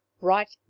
right